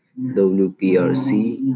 WPRC